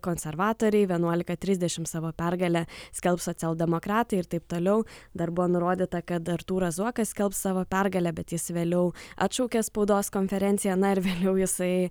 konservatoriai vienuolika trisdešim savo pergalę skelbs socialdemokratai ir taip toliau dar buvo nurodyta kad artūras zuokas skelbs savo pergalę bet jis vėliau atšaukė spaudos konferenciją na ir vėliau jisai